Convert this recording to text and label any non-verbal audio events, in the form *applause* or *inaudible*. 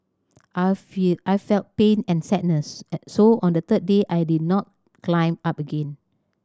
I fell I felt pain and sadness *unintelligible* so on the third day I did not climb up again